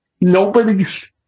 Nobody's